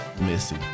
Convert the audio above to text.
Missy